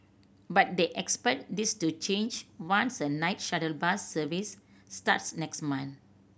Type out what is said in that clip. but they expect this to change once a night shuttle bus service starts next month